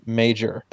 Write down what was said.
major